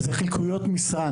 זה חלקי משרה.